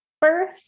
birth